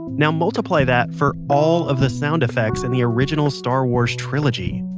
now multiply that for all of the sound effects in the original star wars trilogy.